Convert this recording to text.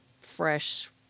fresh